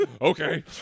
Okay